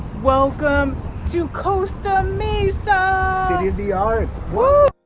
welcome to costa mesa city of the arts!